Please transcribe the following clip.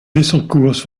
wisselkoers